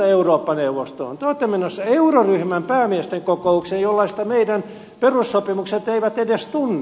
te olette menossa euroryhmän päämiesten kokoukseen jollaista meidän perussopimuksemme eivät edes tunne